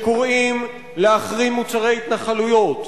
שקוראים להחרים מוצרי התנחלויות.